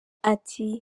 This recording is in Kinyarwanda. ati